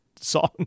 song